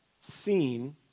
seen